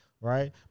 right